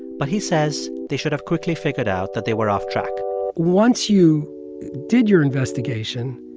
but he says they should have quickly figured out that they were off track once you did your investigation,